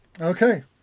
Okay